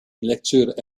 lecture